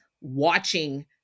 watching